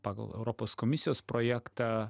pagal europos komisijos projektą